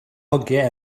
hogiau